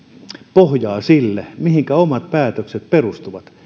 pohjaa sille mihinkä omat päätökset perustuvat